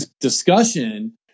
discussion